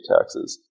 taxes